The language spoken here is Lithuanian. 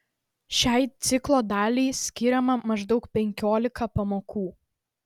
šiai ciklo daliai skiriama maždaug penkiolika pamokų